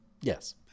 yes